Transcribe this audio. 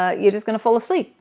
ah you're just going to fall asleep.